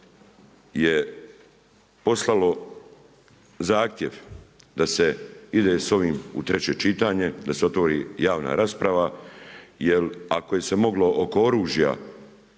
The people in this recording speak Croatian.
je poslalo zahtjev da se ide sa ovim u treće čitanje, da se otvori javna rasprava jer ako se je moglo oko oružja,